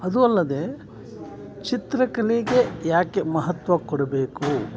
ಅದೂ ಅಲ್ಲದೆ ಚಿತ್ರಕಲೆಗೇ ಯಾಕೆ ಮಹತ್ವ ಕೊಡಬೇಕು